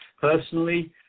personally